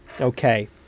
Okay